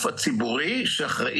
על